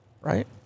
Right